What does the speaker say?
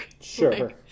Sure